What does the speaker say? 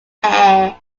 hair